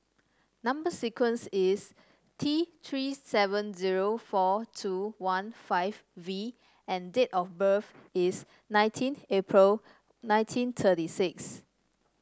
number sequence is T Three seven zero four two one five V and date of birth is nineteen April nineteen thirty six